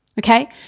Okay